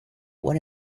what